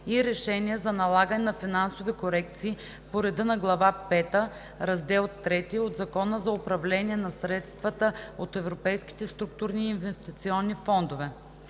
и решения за налагане на финансови корекции по реда на глава пета, раздел III от Закона за управление на средствата от Европейските структурни и инвестиционни фондове.“